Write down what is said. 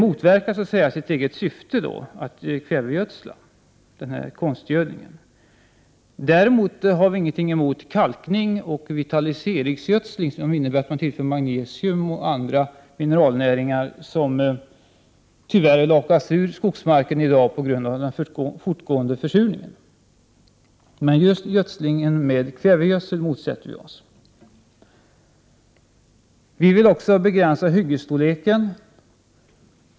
Det egentliga syftet med konstgödningen med kväve motverkas således. Däremot har vi inte något emot kalkning och vitaliseringsgödsling som innebär att magnesium och andra mineralnäringar tillförs, vilka tyvärr lakas ur skogsmarken i dag på grund av den fortgående försurningen. Det är alltså just kvävegödslingen som vi motsätter oss. Vi vill också ha en begränsning av hyggesstorleken.